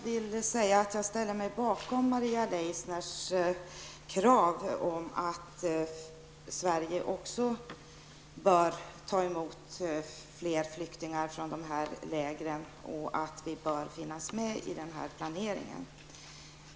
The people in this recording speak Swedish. Herr talman! Jag ställer mig bakom Maria Leissners krav att Sverige skall ta emot fler flyktingar från dessa läger och att vi skall finnas med i den här planeringen.